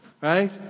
right